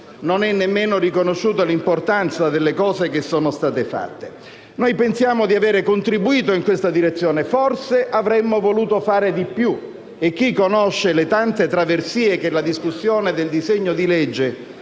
non è nemmeno riconosciuta l'importanza delle cose fatte). Noi pensiamo di avere contribuito in questa direzione; forse avremmo voluto fare di più, e chi conosce le tante traversie che la discussione del disegno di legge